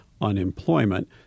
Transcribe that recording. unemployment